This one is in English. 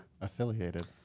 affiliated